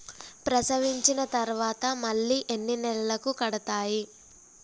ప్రసవించిన తర్వాత మళ్ళీ ఎన్ని నెలలకు కడతాయి?